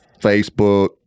Facebook